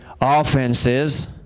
offenses